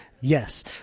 Yes